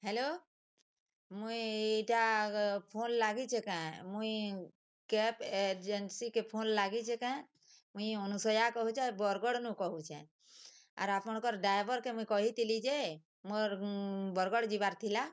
hello ମୁଇଁ ଇଟା phone ଲାଗିଛେ କାଁ ମୁଇଁ କ୍ୟାବ୍ ଏଜେନ୍ସିକେ ଫୋନ୍ ଲାଗିଛେ କାଁ ମୁଇଁ ଅନୂସୟା କହୁଛେଁ ଆର୍ ବରଗଡ଼୍ନୁ କହୁଛେଁ ଆର୍ ଆପଣକଁର୍ ଡ୍ରାଏଭର୍କେ ମୁଇଁ କହିଥିଲି ଯେ ମୋର୍ ବରଗଡ଼୍ ଯିବାର୍ ଥିଲା